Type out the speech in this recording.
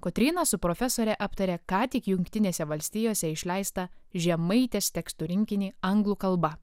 kotryna su profesore aptarė ką tik jungtinėse valstijose išleistą žemaitės tekstų rinkinį anglų kalba